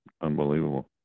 unbelievable